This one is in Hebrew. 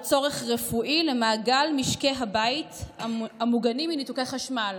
צורך רפואי למעגל משקי הבית המוגנים מניתוקי חשמל,